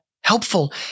helpful